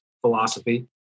philosophy